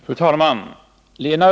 Fru talman!